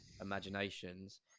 imaginations